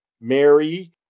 Mary